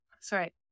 sorry